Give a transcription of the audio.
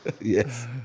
Yes